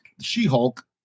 She-Hulk